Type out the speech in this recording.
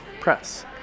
press